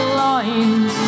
lines